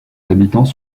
habitants